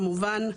כמובן,